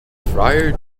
friar